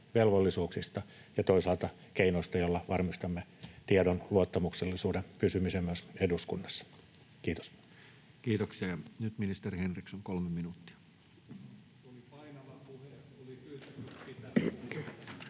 velvollisuuksista ja toisaalta keinoista, joilla varmistamme tiedon luottamuksellisuuden pysymisen myös eduskunnassa. — Kiitos. Kiitoksia. — Nyt ministeri Henriksson, kolme minuuttia.